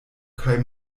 kaj